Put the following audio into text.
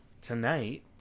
tonight